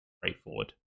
straightforward